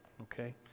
Okay